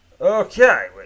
Okay